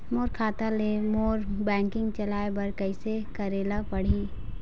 मोर खाता ले मोर बैंकिंग चलाए बर कइसे करेला पढ़ही?